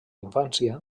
infància